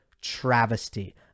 travesty